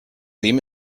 wem